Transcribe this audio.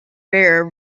rare